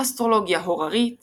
אסטרולוגיה הוררית